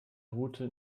route